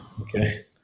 Okay